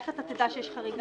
איך תדע שהיתה חריגה?